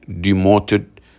demoted